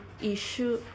issue